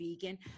vegan